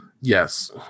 yes